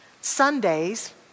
Sundays